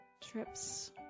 trips